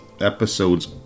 episodes